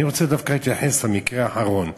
אני רוצה דווקא להתייחס למקרה האחרון,